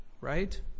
Right